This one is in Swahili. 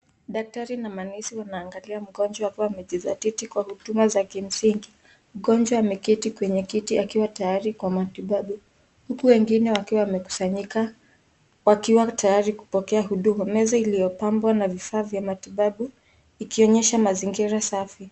Daktari na manesi wanaangalia mgonjwa wakiwa wamejizatiti kwa huduma za kimsingi. Mgonjwa ameketi kweye kiti akiwa tayari kwa matibabu huku wengine wakiwa wamekusanyika wakiwa tayari kupokea huduma. Meza iliyopambwa na vifaa vya matibabu ikionyesha mazingira safi.